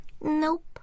Nope